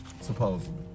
supposedly